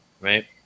right